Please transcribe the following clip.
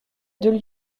deux